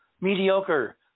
mediocre